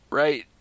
right